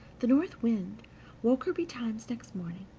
the north wind woke her betimes next morning,